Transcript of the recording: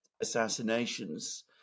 assassinations